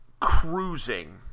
cruising